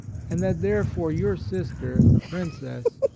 and that therefore your sister, the princess,